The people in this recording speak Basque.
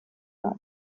gabe